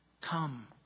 Come